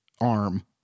arm